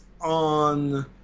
on